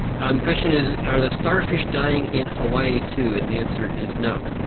um question is are the starfish dying in hawaii, too, and the answer is no.